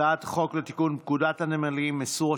הצעת חוק לתיקון פקודת הנמלים (איסור על